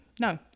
No